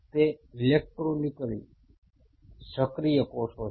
તે ઇલેક્ટ્રિકલી સક્રિય કોષો છે